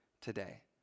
today